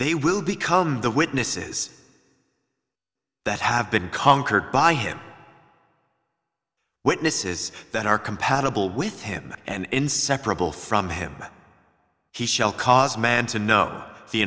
they will become the witnesses that have been conquered by him witnesses that are compatible with him and inseparable from him he